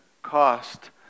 Cost